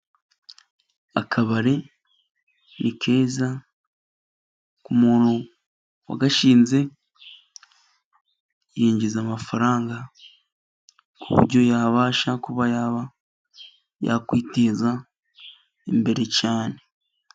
Akabari ni keza ku muntu wagashinze, yinjiza amafaranga ku buryo yabasha kuba yaba yakwiteza imbere cyane.